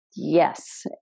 Yes